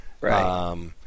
right